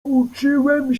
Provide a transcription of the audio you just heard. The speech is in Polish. uczyłem